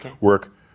work